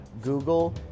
Google